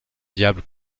diables